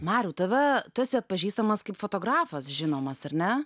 marių tave tu esi atpažįstamas kaip fotografas žinomas ar ne